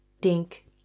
dink